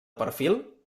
perfil